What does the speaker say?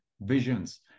visions